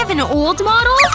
an old model?